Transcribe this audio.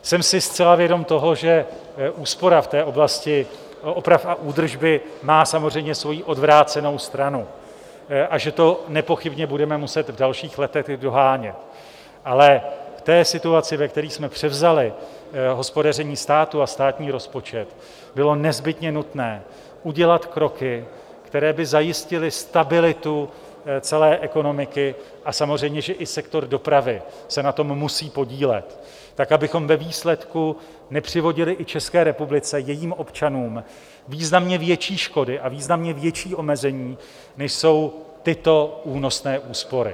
Jsem si zcela vědom toho, že úspora v oblasti oprav a údržby má samozřejmě svoji odvrácenou stranu a že to nepochybně budeme muset v dalších letech dohánět, ale v situaci, ve které jsme převzali hospodaření státu a státní rozpočet, bylo nezbytně nutné udělat kroky, které by zajistily stabilitu celé ekonomiky, a samozřejmě že i sektor dopravy se na tom musí podílet, abychom ve výsledku nepřivodili i České republice, jejím občanům významně větší škody a významně větší omezení, než jsou tyto únosné úspory.